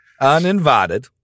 uninvited